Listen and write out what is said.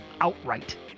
outright